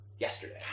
Yesterday